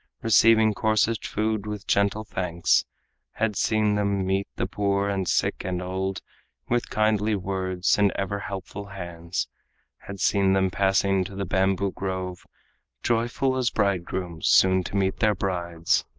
receiving coarsest food with gentle thanks had seen them meet the poor and sick and old with kindly words and ever-helpful hands had seen them passing to the bamboo-grove joyful as bridegrooms soon to meet their brides.